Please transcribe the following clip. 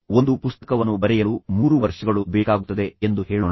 ಒಂದು ಪುಸ್ತಕವನ್ನು ಬರೆಯಲು 3 ವರ್ಷಗಳು ಬೇಕಾಗುತ್ತದೆ ಎಂದು ಹೇಳೋಣ